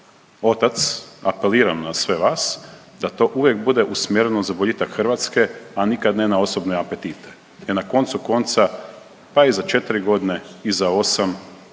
otac apeliram na sve vas da to uvijek bude usmjereno za boljitak Hrvatske, a nikad ne na osobne apetite jer na koncu konca, pa i za 4.g. i za 8 i